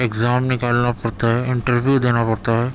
exam نکالنا پڑتا ہے انٹرویو دینا پڑتا ہے